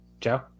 Joe